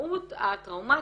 המשמעות הטראומתית,